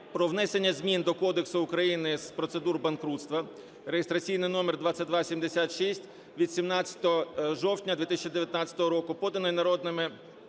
про внесення змін до Кодексу України з процедур банкрутства (реєстраційний номер 2276) від 17 жовтня 2019 року, поданий народними